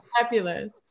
fabulous